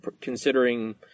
considering